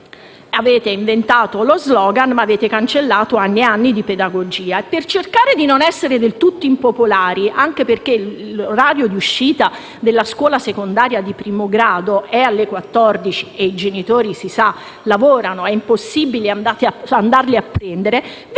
avete inventato lo *slogan*, ma avete cancellato anni e anni di pedagogia. E per cercare di non essere del tutto impopolari, anche perché l'orario di uscita della scuola secondaria di primo grado è alle ore 14 e se i genitori lavorano è impossibile andare a prenderli, vi siete